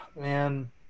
man